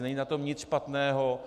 Není na tom nic špatného.